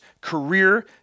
career